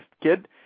kid